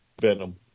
Venom